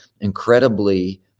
incredibly